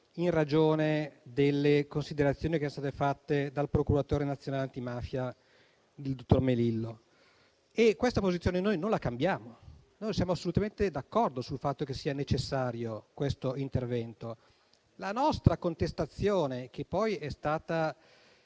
in ragione delle considerazioni fatte dal procuratore nazionale antimafia, dottor Melillo. Questa posizione noi non la cambiamo. Noi siamo assolutamente d'accordo sul fatto che sia necessario questo intervento. La nostra contestazione, che poi è stata